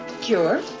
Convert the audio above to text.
Cure